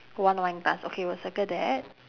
one wine glass okay we'll circle that